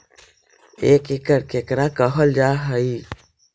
एक एकड़ केकरा कहल जा हइ?